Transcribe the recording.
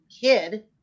kid